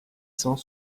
cent